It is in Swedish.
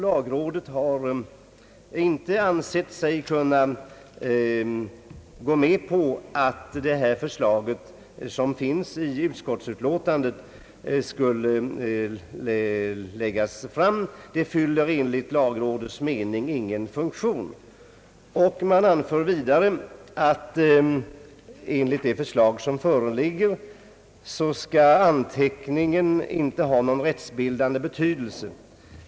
Lagrådet har inte ansett sig kunna gå med på att utskottsmajoritetens förslag skulle läggas fram. Det fyller enligt lagrådets mening ingen funktion. Lagrådet anför vidare, att enligt förslaget skall anteckningen inte ha någon rättsbildande betydelse.